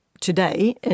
today